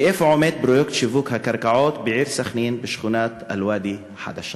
ואיפה עומד פרויקט שיווק הקרקעות בעיר סח'נין בשכונת אל-ואדי החדשה?